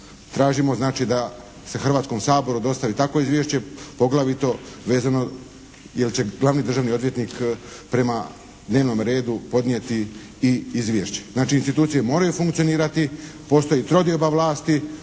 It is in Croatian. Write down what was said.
znači da se Hrvatskom saboru dostavi takvo izvješće poglavito vezano jel' će Glavni državni odvjetnik prema dnevnom redu podnijeti i izvješće. Znači institucije moraju funkcionirati, postoji trodioba vlasti.